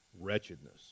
wretchedness